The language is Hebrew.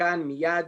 כאן ומיד,